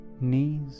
Knees